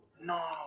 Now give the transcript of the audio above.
no